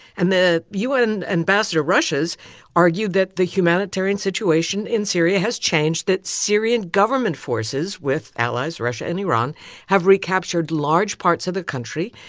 and the u n. ambassador russia's argued that the humanitarian situation in syria has changed, that syrian government forces with allies russia and iran have recaptured large parts of the country.